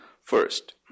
First